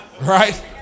Right